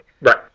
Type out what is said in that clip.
Right